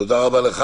תודה רבה לך.